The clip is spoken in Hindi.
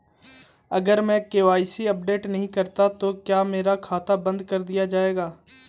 अगर मैं के.वाई.सी अपडेट नहीं करता तो क्या मेरा खाता बंद कर दिया जाएगा?